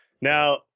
Now